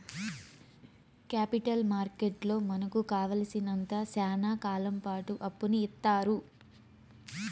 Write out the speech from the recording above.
capital మార్కెట్లో మనకు కావాలసినంత శ్యానా కాలంపాటు అప్పును ఇత్తారు